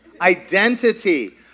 Identity